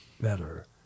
better